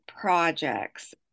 projects